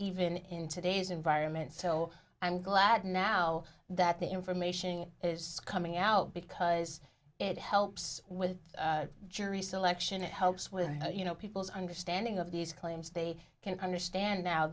even in today's environment still i'm glad now that the information is coming out because it helps with jury selection it helps with you know people's understanding of these claims they can understand now